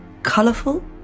Colourful